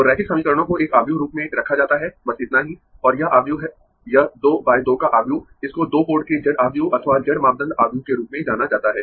तो रैखिक समीकरणों को एक आव्यूह रूप में रखा जाता है बस इतना ही और यह आव्यूह यह 2 बाय 2 का आव्यूह इसको 2 पोर्ट के Z आव्यूह अथवा Z मापदंड आव्यूह के रूप में जाना जाता है